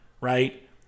right